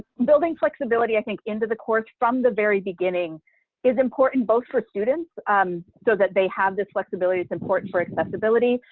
building flexibility, i think, into the course from the very beginning is important both for students so that they have this flexibility. it's important for accessibility,